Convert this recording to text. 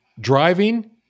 driving